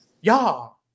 y'all